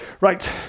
Right